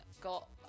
got